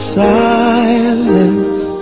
silence